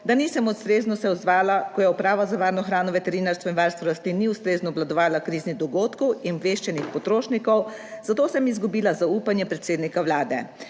da nisem ustrezno se odzvala, ko je Uprava za varno hrano, veterinarstvo in varstvo rastlin ni ustrezno obvladovala kriznih dogodkov in obveščenih potrošnikov, zato sem izgubila zaupanje predsednika Vlade.